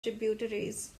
tributaries